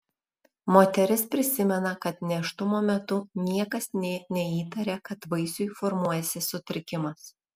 moteris prisimena kad nėštumo metu niekas nė neįtarė kad vaisiui formuojasi sutrikimas